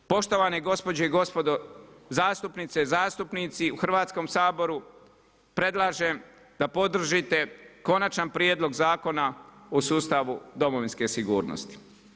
Poštovane gospođe i gospodo zastupnice i zastupnici u Hrvatskom saboru predlažem da podržite Konačan prijedlog zakona o sustavu domovinske sigurnosti.